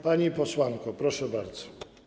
Pani posłanko, proszę bardzo.